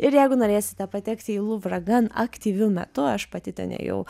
ir jeigu norėsite patekti į luvrą gan aktyviu metu aš pati ten ėjau